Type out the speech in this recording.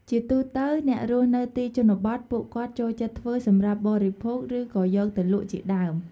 ជាទូទៅអ្នករស់នៅទីជនបទពួកគាត់ចូលចិត្តធ្វើសម្រាប់បរិភោគ ឬក៏យកទៅលក់ជាដើម។